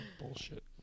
bullshit